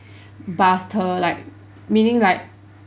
buzzed her like meaning like